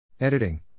Editing